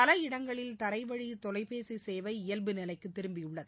பல இடங்களில் தரைவழி தொலைபேசி சேவை இயல்பு நிலைக்கு திரும்பியுள்ளது